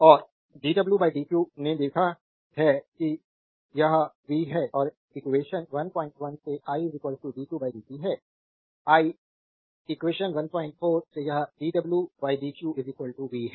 और dw dq ने देखा है कि यह V है और एक्वेशन 11 से I dq dt है i एक्वेशन 14 से यह dw dq v है